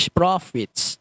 profits